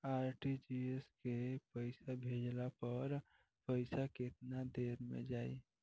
RTGS से पईसा भेजला पर पईसा केतना देर म जाई?